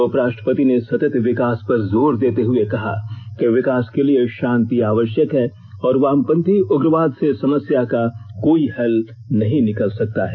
उपराष्ट्रपति ने सतत विकास पर जोर देते हुए कहा कि विकास के लिए शांति आवश्यक है और वामपंथी उग्रवाद से समस्या का कोई हल नहीं निकल सकता है